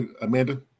Amanda